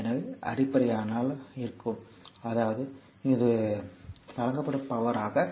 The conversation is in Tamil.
எனவே அப்படியானால் அதாவது அது வழங்கப்படும் பவர் ஆகும்